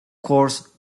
course